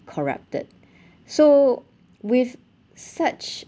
corrupted so with such